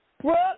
Brooke